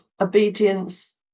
obedience